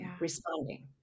responding